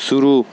शुरू